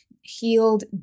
healed